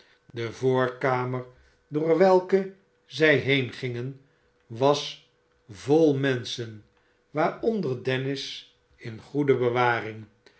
de voorkamer door welke zij heengingen was vol menschen waaronder dennis in goede bewaring